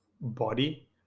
body